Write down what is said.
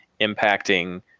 impacting